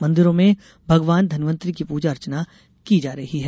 मंदिरों में भगवान धनवन्तरी की पूजा अर्चना की जा रही है